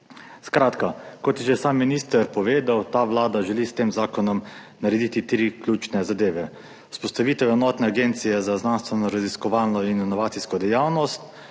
Skratka, kot je že sam minister povedal, želi Vlada s tem zakonom narediti tri ključne zadeve: vzpostavitev enotne agencije za znanstvenoraziskovalno in inovacijsko dejavnost,